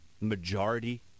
majority